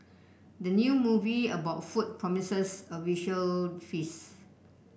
the new movie about food promises a visual feast